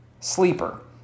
sleeper